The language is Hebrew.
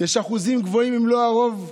יש אחוזים גבוהים, אם לא הרוב,